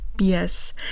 yes